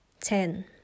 Ten